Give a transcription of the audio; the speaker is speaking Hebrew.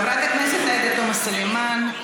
קראתי אותך לסדר שלוש פעמים ולא הגבת.